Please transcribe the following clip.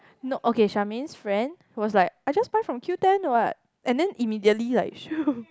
nope okay Charmaine's friend was like I just buy from Qoo-Ten [what] and then immediately like